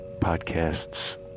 Podcasts